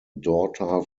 daughter